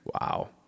Wow